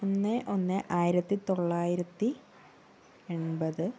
ഒന്ന് ഒന്ന് ആയിരത്തിത്തൊള്ളായിരത്തി എൺപത്